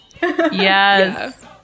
Yes